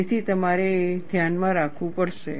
તેથી તમારે તે ધ્યાનમાં રાખવું પડશે